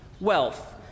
wealth